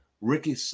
ricky